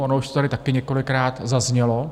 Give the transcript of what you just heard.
Ono už to tady také několikrát zaznělo.